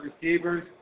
receivers